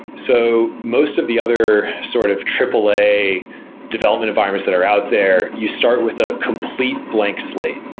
so most of the other sort of aaa development environments that are out there, you start with a complete blank slate.